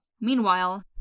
Meanwhile